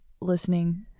listening